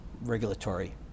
regulatory